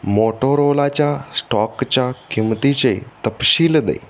मोटोरोलाच्या स्टॉकच्या किंमतीचे तपशील दे